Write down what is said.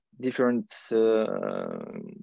different